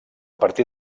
partir